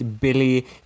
Billy